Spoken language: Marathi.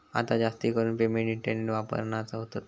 आता जास्तीकरून पेमेंट इंटरनेट वापरानच होतत